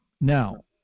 Now